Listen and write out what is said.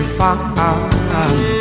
find